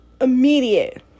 immediate